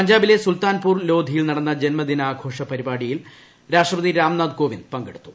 പഞ്ചാബിലെ സുൽത്താൻഫ്ട്ര് ലോധിയിൽ നടന്ന ജന്മദിനാഘോഷ പരിപാടികളിൽ രാഷ്ട്രപതി ്രാംനാഥ് കോവിന്ദ് പങ്കെടുത്തു